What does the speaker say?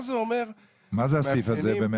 מה זה אומר מאפיינים --- מה זה הסעיף הזה באמת?